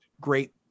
great